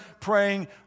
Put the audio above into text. praying